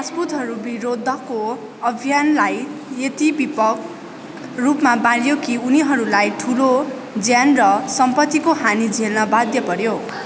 राजपूतहरू विरुद्धको अभियानलाई यति व्यापक रूपमा बढाइयो कि उनीहरूलाई ठुलो ज्यान र सम्पत्तिको हानी झेल्न बाध्य पऱ्यो